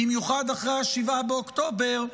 במיוחד אחרי 7 באוקטובר,